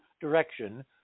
direction